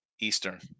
Eastern